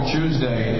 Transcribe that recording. Tuesday